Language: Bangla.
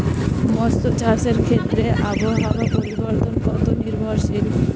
মৎস্য চাষের ক্ষেত্রে আবহাওয়া পরিবর্তন কত নির্ভরশীল?